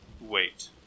Wait